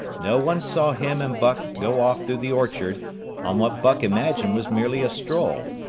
no one saw him and buck go off through the orchard on what buck imagined was merely a stroll.